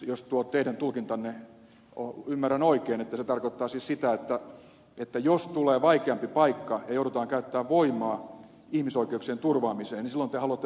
jos ymmärrän teidän tulkintanne oikein että se tarkoittaa siis sitä että jos tulee vaikeampi paikka ja joudutaan käyttämään voimaa ihmisoikeuksien turvaamiseen niin silloin te haluatte suomalaiset joukot kotiin